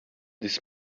this